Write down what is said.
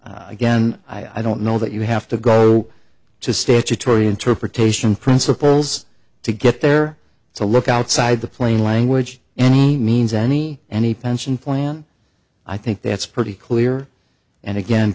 again i don't know that you have to go to statutory interpretation principles to get there to look outside the plain language any means any any pension plan i think that's pretty clear and again